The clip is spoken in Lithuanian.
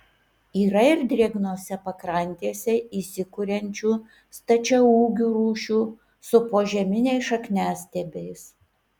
yra ir drėgnose pakrantėse įsikuriančių stačiaūgių rūšių su požeminiais šakniastiebiais